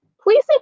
please